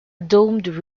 domed